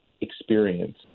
experience